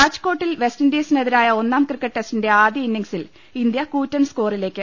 രാജ്കോട്ടിൽ വെസ്റ്റിൻഡീസിനെതിരായ ഒന്നാം ക്രിക്കറ്റ് ടെസ്റ്റിന്റെ ആദ്യ ഇന്നിംഗ്സിൽ ഇന്ത്യ കൂറ്റൻ സ്കോറിലേക്ക്